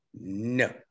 no